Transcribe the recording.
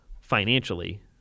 financially